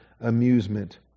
amusement